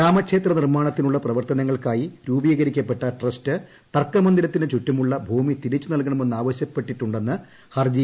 രാമക്ഷേത്ര നിർമാണത്തിനുള്ള പ്രവർത്തനൃങ്ങൾക്കായി രൂപീകരിക്കപ്പെട്ട ട്രസ്റ്റ് തർക്ക മന്ദിരത്തിനു ചുറ്റൂമുള്ള ് ഭൂമി തിരിച്ചു നൽകണമെന്ന് ആവശ്യപ്പെട്ടിട്ടു ന്ന് ഏർജീയിൽ സൂചിപ്പിക്കുന്നു